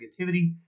negativity